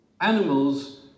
Animals